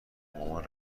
مامان